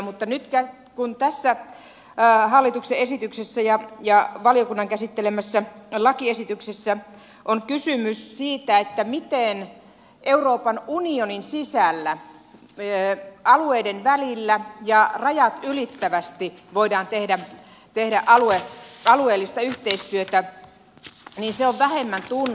mutta nyt kun tässä hallituksen esityksessä ja valiokunnan käsittelemässä lakiesityksessä on kysymys siitä että miten euroopan unionin sisällä alueiden välillä ja rajat ylittävästi voidaan tehdä alueellista yhteistyötä niin se on vähemmän tunnettua